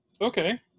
Okay